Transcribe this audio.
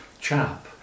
chap